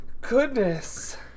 Goodness